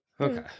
Okay